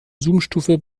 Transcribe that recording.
zoomstufe